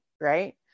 right